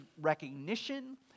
recognition